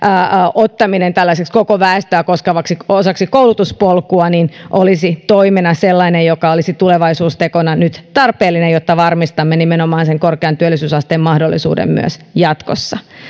ottaminen tällaiseksi koko väestöä koskevaksi osaksi koulutuspolkua olisi toimena sellainen joka olisi tulevaisuustekona nyt tarpeellinen jotta varmistamme nimenomaan sen korkean työllisyysasteen mahdollisuuden myös jatkossa